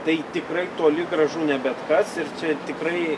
tai tikrai toli gražu ne bet kas ir čia tikrai